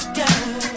girl